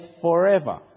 forever